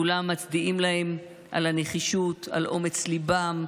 כולם מצדיעים להם על הנחישות, על אומץ ליבם,